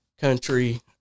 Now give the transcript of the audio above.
country